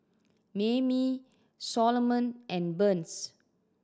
Mayme Soloman and Burns